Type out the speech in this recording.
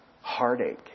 heartache